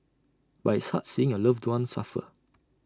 but it's hard seeing your loved one suffer